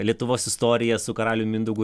lietuvos istorija su karalium mindaugu